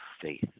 Faith